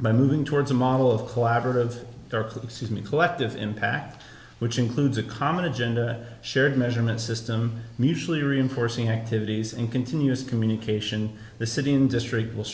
by moving towards a model of collaborative work with me collective impact which includes a common agenda shared measurement system mutually reinforcing activities and continuous communication the city in district will